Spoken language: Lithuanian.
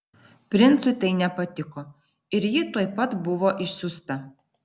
princui tai nepatiko ir ji tuoj pat buvo išsiųsta